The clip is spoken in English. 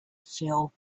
feel